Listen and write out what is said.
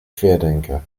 querdenker